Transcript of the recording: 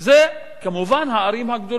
כמובן הערים הגדולות,